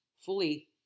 fully